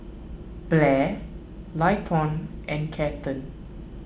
Blair Leighton and Kathern